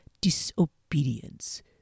disobedience